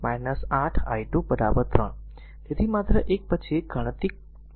તેથી માત્ર એક પછી ગાણિતિક માત્ર મૂકો